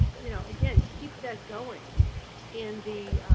you know, again keep that going in the